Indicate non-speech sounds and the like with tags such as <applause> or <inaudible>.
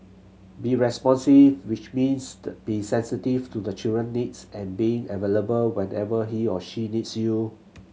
be responsive which means <unintelligible> be sensitive to the children needs and being available whenever he or she needs you